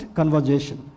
conversation